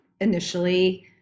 initially